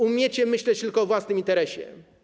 Umiecie myśleć tylko o własnym interesie.